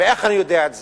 ואיך אני יודע את זה?